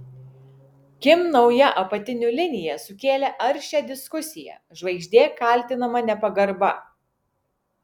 kim nauja apatinių linija sukėlė aršią diskusiją žvaigždė kaltinama nepagarba